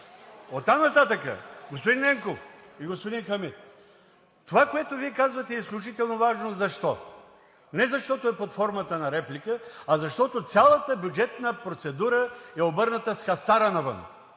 Оттам нататък, господин Ненков, господин Хамид, това, което Вие казвате, е изключително важно. Защо? Не защото е под формата на реплика, а защото цялата бюджетна процедура е обърната с хастара навън.